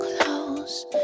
close